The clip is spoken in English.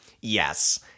Yes